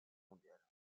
mondiale